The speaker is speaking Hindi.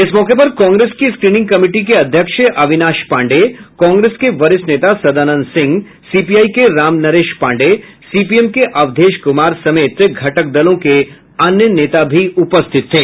इस मौके पर कांग्रेस की स्क्रीनिंग कमिटी के अध्यक्ष अविनाश पांडेय कांग्रेस के वरिष्ठ नेता सदानंद सिंह सीपीआई के राम नरेश पांडेय सीपीएम के अवधेश कुमार समेत घटक दलों के अन्य नेता भी उपस्थित थे